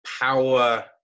power